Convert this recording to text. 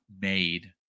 made